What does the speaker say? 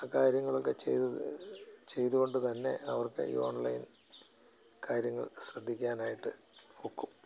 ആ കാര്യങ്ങളൊക്കെ ചെയ്ത് ചെയ്തുകൊണ്ട് തന്നെ അവർക്ക് ഈ ഓൺലൈൻ കാര്യങ്ങൾ ശ്രദ്ധിക്കാനായിട്ട് ഒക്കും